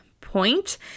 point